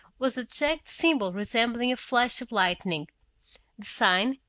was a jagged symbol resembling a flash of lightning the sign,